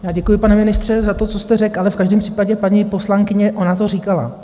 Já děkuji, pane ministře, za to, co jste řekl, ale v každém případě paní poslankyně to říkala.